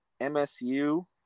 MSU